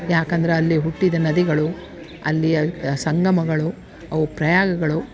ಯಾಕಂದ್ರ ಅಲ್ಲಿ ಹುಟ್ಟಿದ ನದಿಗಳು ಅಲ್ಲಿಯ ಸಂಗಮಗಳು ಅವು ಪ್ರಯಾಗಗಳು